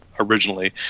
originally